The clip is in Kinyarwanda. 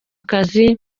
kazi